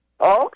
Okay